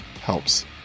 helps